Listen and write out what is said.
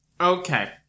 Okay